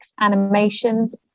animations